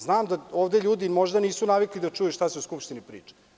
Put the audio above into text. Znam da ljudi ovde možda nisu navikli da čuju šta se u Skupštini priča.